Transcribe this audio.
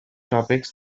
topics